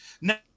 Now